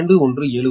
2179 p